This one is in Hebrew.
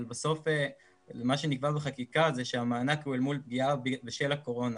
אבל בסוף מה שנקבע בחקיקה זה שהמענק הוא אל מול פגיעה בשל הקורונה,